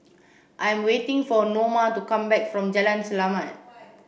I am waiting for Noma to come back from Jalan Selamat